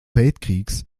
weltkriegs